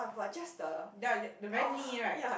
yea the very 腻 right